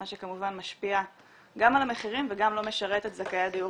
מה שכמובן משפיע גם על המחירים וגם לא משרת את זכאי הדיור